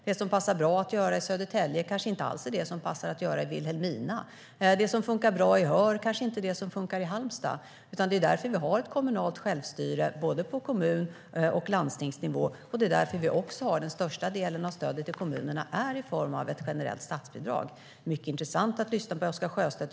Det som passar bra att göra i Södertälje kanske inte alls passar i Vilhelmina. Det som funkar bra i Höör kanske inte funkar i Halmstad. Det är därför vi har kommunalt självstyre på kommun och landstingsnivå, och det är också därför den största delen av stödet till kommunerna ges i form av ett generellt statsbidrag. Det är intressant att lyssna på Oscar Sjöstedt.